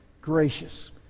gracious